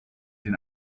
den